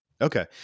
Okay